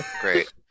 Great